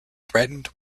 threatened